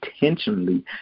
intentionally